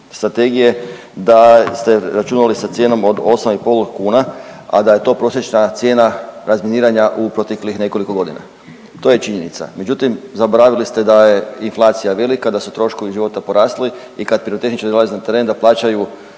strategije da ste računali sa cijenom od 8,5 kuna, a da je to prosječna cijena razminiranja u proteklih nekoliko godina, to je činjenica. Međutim, zaboravili ste da je inflacija velika, da su troškovi života porasli i kad pirotehničari dolaze na teren da plaćaju